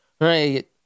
right